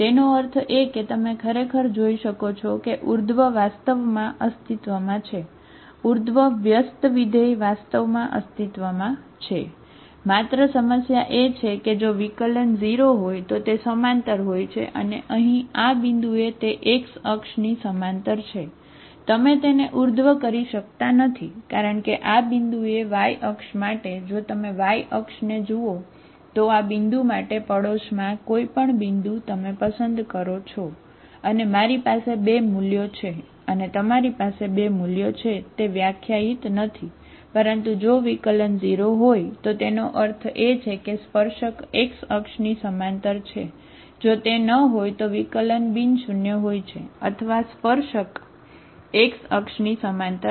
તેનો અર્થ એ કે તમે ખરેખર જોઈ શકો છો કે ઉર્ધ્વ હોઈ શકે છે બરાબર